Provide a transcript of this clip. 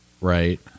Right